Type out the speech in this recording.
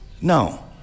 No